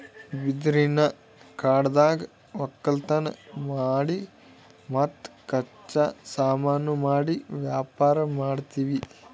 ಬಿದಿರಿನ್ ಕಾಡನ್ಯಾಗ್ ವಕ್ಕಲತನ್ ಮಾಡಿ ಮತ್ತ್ ಕಚ್ಚಾ ಸಾಮಾನು ಮಾಡಿ ವ್ಯಾಪಾರ್ ಮಾಡ್ತೀವಿ